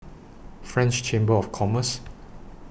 French Chamber of Commerce